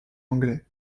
anglais